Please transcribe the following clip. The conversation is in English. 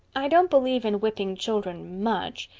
i don't believe in whipping children much.